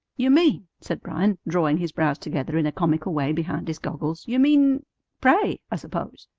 you mean, said bryan, drawing his brows together in a comical way behind his goggles, you mean pray, i suppose.